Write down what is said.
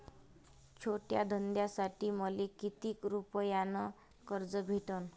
छोट्या धंद्यासाठी मले कितीक रुपयानं कर्ज भेटन?